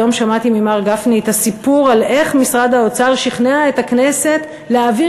היום שמעתי ממר גפני את הסיפור על איך משרד האוצר שכנע את הכנסת להעביר